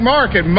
Market